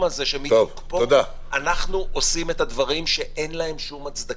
הזה שמתוקפו אנחנו עושים את הדברים שאין להם שום הצדקה.